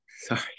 sorry